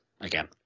again